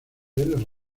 bienes